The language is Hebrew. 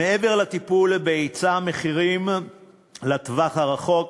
מעבר לטיפול בהיצע המחירים לטווח הארוך,